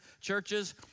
churches